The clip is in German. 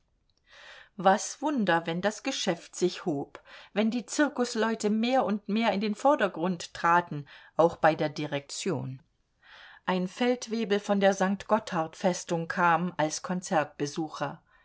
was wunder wenn das geschäft sich hob wenn die zirkusleute mehr und mehr in den vordergrund traten auch bei der direktion ein feldwebel von der st gotthard festung kam als konzertbesucher